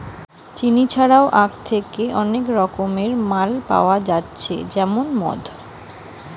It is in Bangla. চিনি ছাড়াও আখ হইতে মেলা রকমকার মাল পাওয়া যাইতেছে যেমন মদ